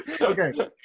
Okay